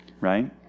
Right